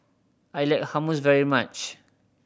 I like Hummus very much